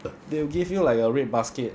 they will give you like a red basket